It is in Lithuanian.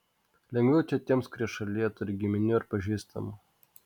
lengviau čia tiems kurie šalyje turi giminių ar pažįstamų